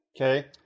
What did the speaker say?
Okay